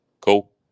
Cool